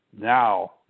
now